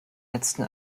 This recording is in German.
letzten